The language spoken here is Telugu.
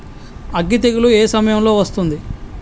అగ్గి తెగులు ఏ సమయం లో వస్తుంది?